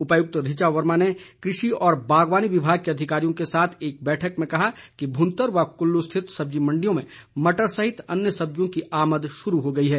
उपायुक्त ऋचा वर्मा ने कृषि व बागवानी विभाग के अधिकारियों के साथ एक बैठक में कहा कि भूंतर व कुल्लू स्थित सब्जी मंडियों में मटर सहित अन्य सब्जियों की आमद शुरू हो गई है